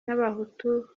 n’abahutu